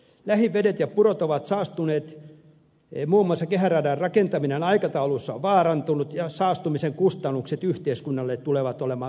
lähivedet ja purot ovat saastuneet muun muassa kehäradan rakentaminen aikataulussa on vaarantunut ja saastumisen kustannukset yhteiskunnalle tulevat olemaan miljoonaluokkaa